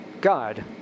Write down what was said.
God